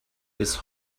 bis